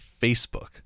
Facebook